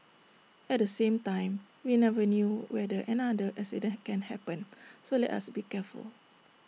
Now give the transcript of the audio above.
at the same time we never know whether another accident can happen so let us be careful